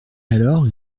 alors